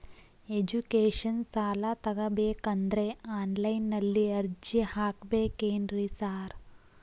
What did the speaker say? Education ಸಾಲ ತಗಬೇಕಂದ್ರೆ online ನಲ್ಲಿ ಅರ್ಜಿ ಹಾಕ್ಬೇಕೇನ್ರಿ ಸಾರ್?